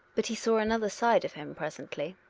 but he saw another side of him presently.